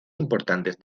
importantes